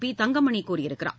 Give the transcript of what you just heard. B Thangamani கூறியிருக்கிறார்